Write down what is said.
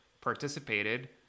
participated